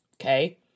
okay